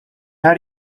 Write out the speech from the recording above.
how